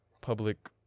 public